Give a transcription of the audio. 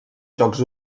jocs